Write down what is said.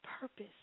purpose